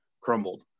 crumbled